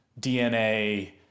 DNA